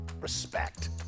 respect